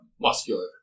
Muscular